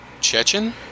Chechen